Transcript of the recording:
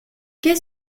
qu’est